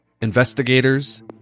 Investigators